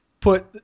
Put